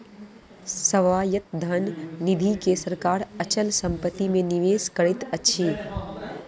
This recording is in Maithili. स्वायत्त धन निधि के सरकार अचल संपत्ति मे निवेश करैत अछि